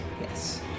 Yes